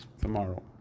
tomorrow